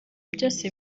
byose